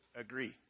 agree